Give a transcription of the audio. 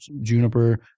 Juniper